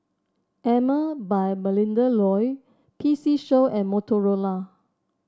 Emel by Melinda Looi P C Show and Motorola